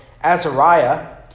Azariah